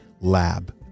lab